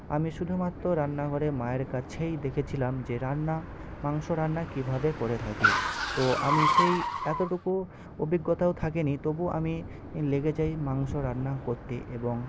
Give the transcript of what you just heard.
আমি শুধুমাত্র রান্নাঘরে মায়ের কাছেই দেখেছিলাম যে রান্না মাংস রান্না কিভাবে করে থাকে তো আমি সেই এতটুকু অভিজ্ঞতাও থাকেনি তবু আমি লেগে যাই মাংস রান্না করতে এবং